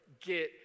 get